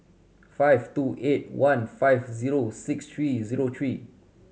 five two eight one five zero six three zero three